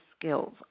skills